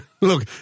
look